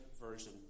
Version